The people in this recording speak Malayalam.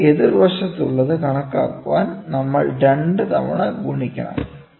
അതിനാൽ എതിർവശത്തുള്ളത് കണക്കാക്കാൻ നമ്മൾ 2 തവണ ഗുണിക്കണം